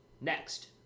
Next